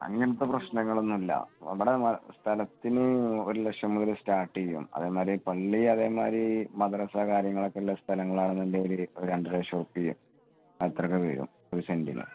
അങ്ങത്തെ പ്രശ്നങ്ങളൊന്നും ഇല്ല ഇവിടെ സ്ഥലത്തിന് ഒരു ലക്ഷം മുതൽ സ്റ്റാർട്ട് ചെയ്യും അതേമാതിരി പള്ളി അതേമാതിരി മദ്രസ കാര്യങ്ങളൊക്കെ ഉള്ള സ്ഥലങ്ങളാണ് എന്നുണ്ടെങ്കിൽ ഒരു രണ്ട് ലക്ഷം രൂപ വരും അത്രെയും ഒക്കെ വരും ഒരു സെന്റിന്